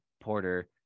Porter